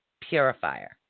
purifier